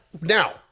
Now